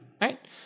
right